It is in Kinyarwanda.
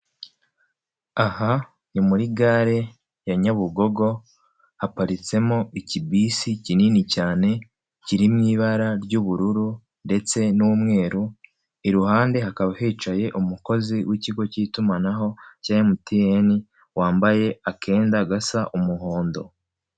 Sha ni muri gare ya Nyabugogo haparitsemo ikibisi kinini cyane kiri mu ibara ry'ubururu ndetse n'umweru iruhande hakaba hicaye umukozi w'ikigo cy'itumanaho cya MTN wambaye akenda gasa umuhondo .